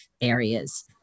areas